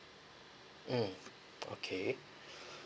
um okay